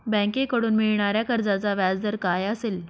बँकेकडून मिळणाऱ्या कर्जाचा व्याजदर काय असेल?